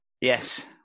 Yes